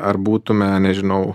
ar būtume nežinau